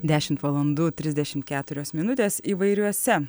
dešimt valandų trisdešimt keturios minutės įvairiuose